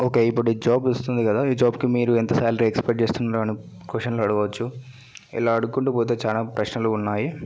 okay ఇప్పుడు job వస్తుంది కదా ఈ జాబ్కి మీరు ఎంత శ్యాలరీ ఎక్సపెక్ట్ చేస్తున్నారు అను క్వశ్చన్లు అడగవచ్చు ఇలా అడుక్కుంటూ పోతే చాలా ప్రశ్నలు ఉన్నాయి